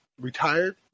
retired